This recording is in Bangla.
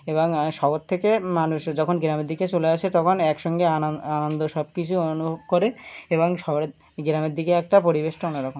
এবং শহর থেকে মানুষ যখন গেরামের দিকে চলে আসে তখন একসঙ্গে আনন্দ সব কিছু অনুভব করে এবং সহরের দিকে একটা পরিবেশটা অন্য রকম